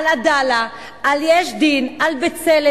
על "עדאלה", על "יש דין", על "בצלם".